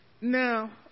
Now